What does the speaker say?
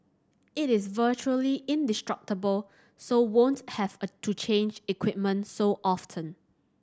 it is virtually indestructible so won't have to change equipment so often